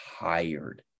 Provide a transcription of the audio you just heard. tired